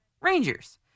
Rangers